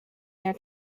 their